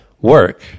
work